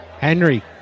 Henry